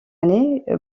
année